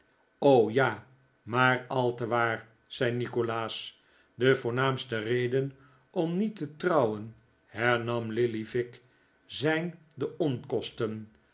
ja maar al te waar zei nikolaas de voornaamste reden om niet te trouwen hernam lillyvick zijn de onkosten